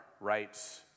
rights